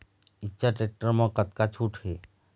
Eicher tractor म कतका छूट हे?